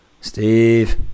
Steve